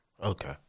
Okay